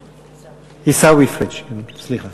עִיסאווי פריג', סליחה.